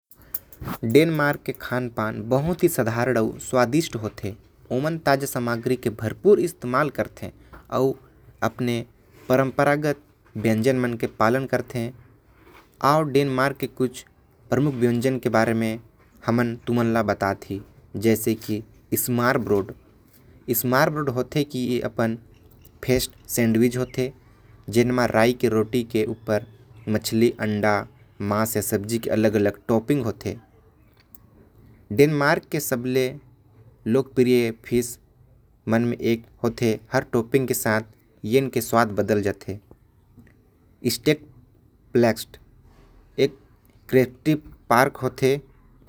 डेनमार्क के खाना बहुत साधारण अउ स्वादिस्ट होथे। ओमन ताजा सामग्री के इस्तेमाल करथे। डेनमार्क के कुछ प्रमुख व्यंजन हवे। स्मरब्रॉड जे हर एक सैंडविच होथे। जेमे राई के रोटी के उपर मछली। अंडा के अलग अलग टॉपिंग होथे। डेनमार्क के लोकप्रिय मछली भी टॉपिंग के साथ परोशे जाथे।